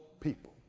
people